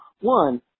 one